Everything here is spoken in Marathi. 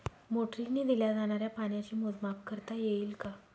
मोटरीने दिल्या जाणाऱ्या पाण्याचे मोजमाप करता येईल का?